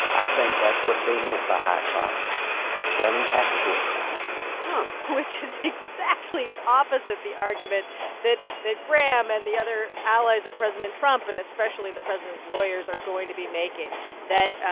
i think that's what they meant by high crimes doesn't even have to be a crime huh which is exactly opposite the argument that that graham and the other allies of president trump and especially the president's lawyers are going to be making that,